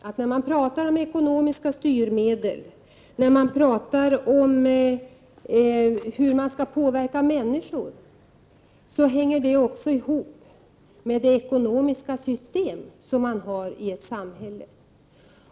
Men när man talar om ekonomiska styrmedel och om hur man skall påverka människor, hänger detta också ihop med det ekonomiska system som man har i samhället.